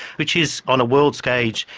which is, on a world stage,